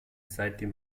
seitdem